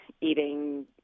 eating